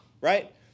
right